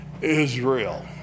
Israel